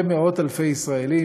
ומאות אלפי ישראלים,